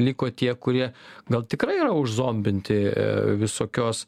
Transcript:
liko tie kurie gal tikrai yra užzombinti visokios